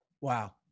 Wow